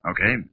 Okay